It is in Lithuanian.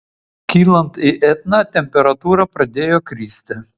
kylant į etną temperatūra pradėjo kristi